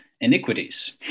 iniquities